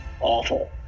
awful